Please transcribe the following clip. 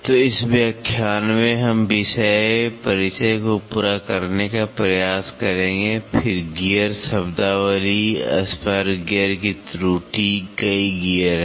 तो इस व्याख्यान में हम विषय परिचय को पूरा करने का प्रयास करेंगे फिर गियर शब्दावली स्पर गियर की त्रुटि कई गियर हैं